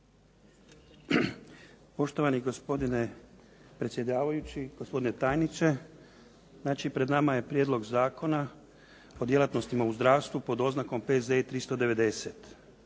Poštovani gospodine predsjedavajući, gospodine tajniče. Znači pred nama je Prijedlog Zakona o djelatnostima u zdravstvu pod oznakom P.Z.E.